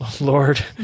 Lord